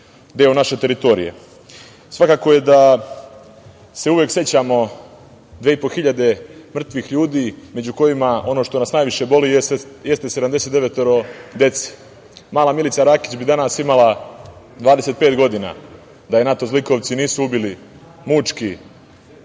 deo naše teritorije. Svakako je da se uvek sećamo dve i po hiljade mrtvih ljudi, među kojima, ono što nas najviše boli, jeste 79 dece. Mala Milica Rakić bi danas imala 25 godina, da je NATO zlikovci nisu ubili mučki